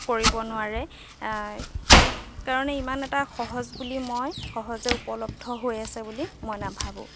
কৰিব নোৱাৰে সেইকাৰণে ইমান এটা সহজ বুলি মই সহজে উপলব্ধ হৈ আছে বুলি মই নাভাবোঁ